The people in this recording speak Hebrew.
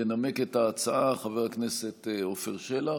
ינמק את ההצעה חבר הכנסת עפר שלח.